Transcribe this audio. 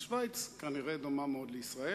אז שווייץ כנראה דומה מאוד לישראל.